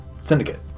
Syndicate